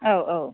औ औ